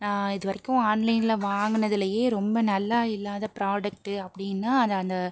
நான் இதுவரைக்கும் ஆன்லைனில் வாங்கினதுலேயே ரொம்ப நல்லா இல்லாத ப்ராடக்ட் அப்படின்னா அது அந்த